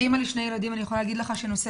כאימא לשני ילדים אני יכולה להגיד לך שנושא